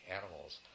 animals